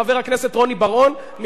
מחוץ לאולם ולא בתוך האולם.